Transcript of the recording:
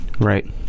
right